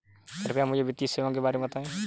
कृपया मुझे वित्तीय सेवाओं के बारे में बताएँ?